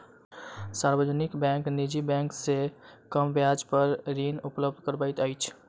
सार्वजनिक बैंक निजी बैंक से कम ब्याज पर ऋण उपलब्ध करबैत अछि